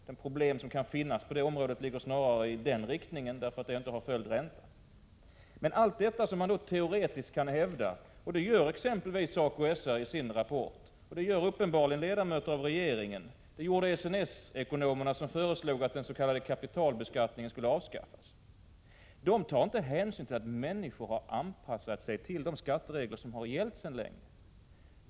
De problem som kan finnas på detta område ligger så att säga snarare i den riktningen, eftersom man i detta fall inte har följt räntan. Men i fråga om allt detta som man teoretiskt kan hävda — och det gör exempelvis SACO-SR i sin rapport, och det gör uppenbarligen ledamöter av regeringen, och det gjorde SNS-ekonomerna som föreslog att den s.k. kapitalbeskattningen skulle avskaffas — tar man inte hänsyn till att människor har anpassat sig till de skatteregler som sedan länge har gällt.